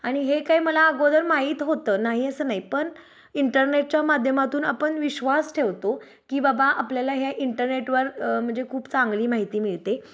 आणि हे काय मला अगोदर माहीत होतं नाही असं नाही पण इंटरनेटच्या माध्यमातून आपण विश्वास ठेवतो की बाबा आपल्याला ह्या इंटरनेटवर म्हणजे खूप चांगली माहिती मिळते